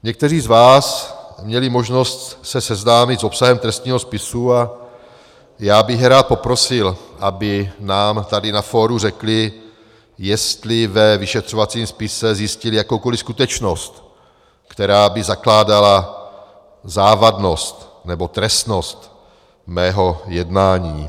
Někteří z vás měli možnost se seznámit s obsahem trestního spisu a já bych rád poprosil, aby nám tady na fóru řekli, jestli ve vyšetřovacím spise zjistili jakoukoliv skutečnost, která by zakládala závadnost nebo trestnost mého jednání.